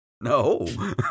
No